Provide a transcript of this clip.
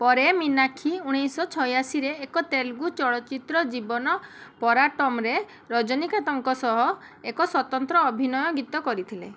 ପରେ ମୀନାକ୍ଷୀ ଉଣେଇଶି ଶହ ଛୟାଅଶୀରେ ଏକ ତେଲୁଗୁ ଚଳଚ୍ଚିତ୍ର ଜୀବନ ପରାଟମ୍ରେ ରଜନୀକାନ୍ତଙ୍କ ସହ ଏକ ସ୍ୱତନ୍ତ୍ର ଅଭିନୟ ଗୀତ କରିଥିଲେ